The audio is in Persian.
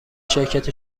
شرکت